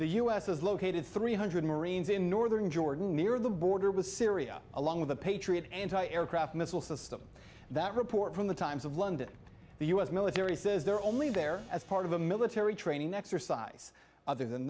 the u s has located three hundred marines in northern jordan near the border with syria along with a patriot anti aircraft missile system that report from the times of london the u s military says they're only there as part of a military training exercise other than